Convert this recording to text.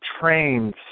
trains